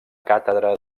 càtedra